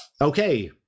okay